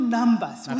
numbers